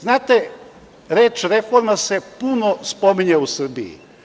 Znate, reč reforma se puno pominje u Srbiji.